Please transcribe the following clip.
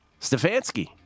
Stefanski